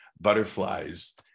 butterflies